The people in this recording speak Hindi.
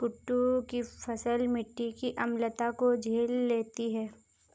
कुट्टू की फसल मिट्टी की अम्लता को झेल लेती है